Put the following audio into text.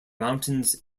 mountains